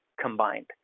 combined